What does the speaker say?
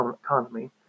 economy